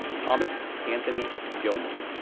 thomas anthony gilmore,